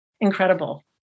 incredible